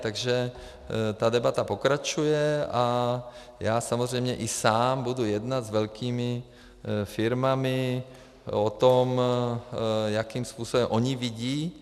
Takže ta debata pokračuje a já samozřejmě i sám budu jednat s velkými firmami o tom, jakým způsobem ony vidí...